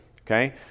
Okay